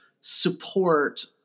support